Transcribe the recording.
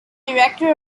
director